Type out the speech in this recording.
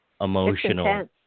emotional